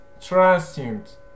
transient